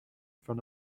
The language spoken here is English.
front